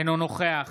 אינו נוכח